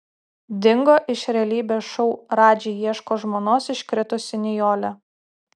dingo iš realybės šou radži ieško žmonos iškritusi nijolė